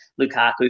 Lukaku